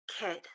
Kid